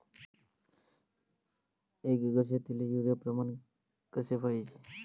एक एकर शेतीले युरिया प्रमान कसे पाहिजे?